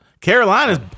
Carolina's